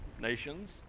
nations